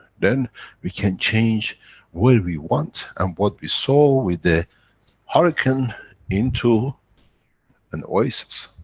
then we can change where we want and what we saw with the hurricane into an oasis.